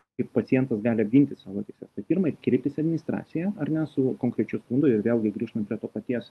kaip pacientas gali apginti savo teises tai pirma kreiptis į administraciją ar ne su konkrečiu būdu ir vėlgi grįžtam prie to paties